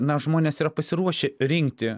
na žmonės yra pasiruošę rinkti